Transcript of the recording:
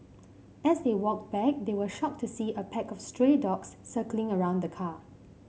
as they walked back they were shocked to see a pack of stray dogs circling around the car